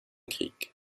krieg